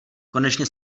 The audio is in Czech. konečně